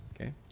Okay